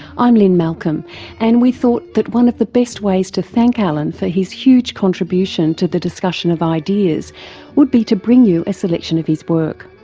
i'm lynne malcolm and we thought that one of the best ways to thank alan for his huge contribution to the discussion of ideas would be to bring you a selection of his work.